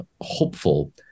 hopeful